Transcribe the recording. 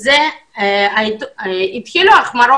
ההחמרה